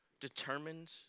determined